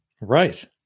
Right